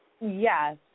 Yes